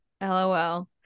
Lol